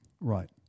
Right